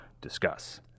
discuss